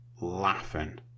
laughing